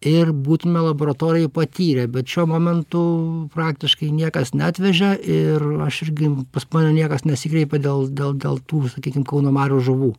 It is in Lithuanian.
ir būtume laboratorijoj patyrę bet šiuo momentu praktiškai niekas neatvežė ir aš irgi pas mane niekas nesikreipė dėl dėl dėl tų sakykim kauno marių žuvų